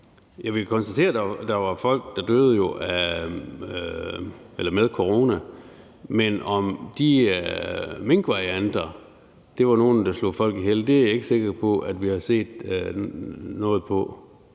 Vi kan konstatere, at der var folk, der døde af eller med corona. Men om de varianter hos mink var nogle, der slog folk ihjel, er jeg ikke sikker på vi har set noget om.